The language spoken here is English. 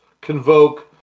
convoke